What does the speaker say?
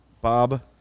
Bob